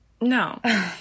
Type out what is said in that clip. no